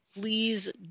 please